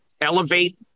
elevate